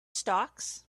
stocks